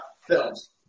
films